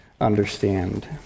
understand